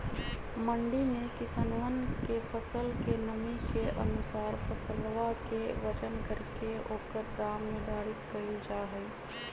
मंडी में किसनवन के फसल के नमी के अनुसार फसलवा के वजन करके ओकर दाम निर्धारित कइल जाहई